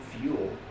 fuel